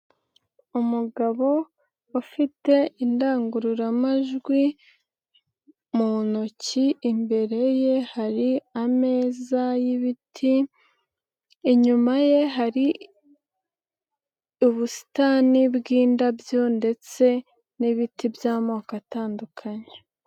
Umugabo ufite indangururamajwi mu ntoki, imbere ye hari ameza y'ibiti, inyuma ye hari ubusitani bw'indabyo, ndetse n'ibiti by'amoko atandukanye.